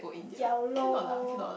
yalor